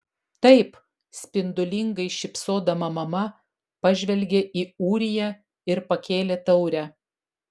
taip spindulingai šypsodama mama pažvelgė į ūriją ir pakėlė taurę